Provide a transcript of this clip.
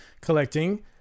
collecting